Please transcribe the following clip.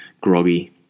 groggy